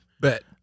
Bet